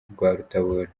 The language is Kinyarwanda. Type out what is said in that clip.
rwarutabura